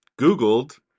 Googled